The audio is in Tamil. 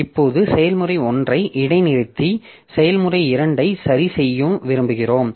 இப்போது செயல்முறை 1 ஐ இடைநிறுத்தி செயல்முறை 2 ஐ சரி செய்ய விரும்புகிறோம்